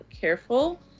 careful